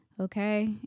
okay